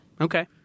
Okay